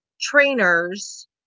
trainers